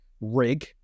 rig